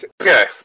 Okay